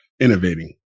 innovating